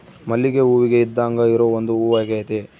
ಮಲ್ಲಿಗೆ ಹೂವಿಗೆ ಇದ್ದಾಂಗ ಇರೊ ಒಂದು ಹೂವಾಗೆತೆ